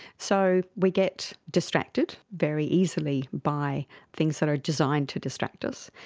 so we get distracted very easily by things that are designed to distract us.